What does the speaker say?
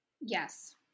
Yes